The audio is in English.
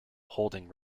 holding